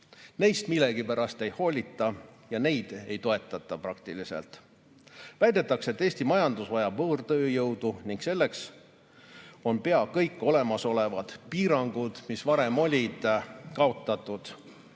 Neist millegipärast ei hoolita ja neid praktiliselt ei toetata. Väidetakse, et Eesti majandus vajab võõrtööjõudu ning selleks on pea kõik olemasolevad piirangud, mis varem olid, kaotatud.